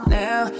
now